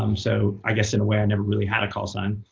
um so i guess, in a way, i never really had a call sign.